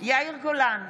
יאיר גולן,